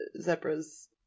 zebras